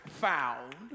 found